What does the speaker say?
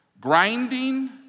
Grinding